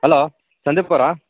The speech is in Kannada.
ಅಲೋ ಸಂದೀಪ್ ಅವರಾ